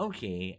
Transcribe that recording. Okay